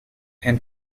and